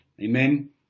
Amen